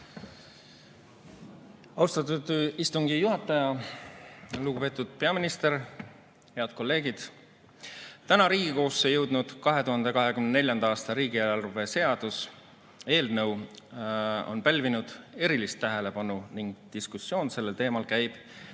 Austatud istungi juhataja! Lugupeetud peaminister! Head kolleegid! Täna Riigikogusse jõudnud 2024. aasta riigieelarve seaduse eelnõu on pälvinud erilist tähelepanu ning diskussioon sellel teemal käib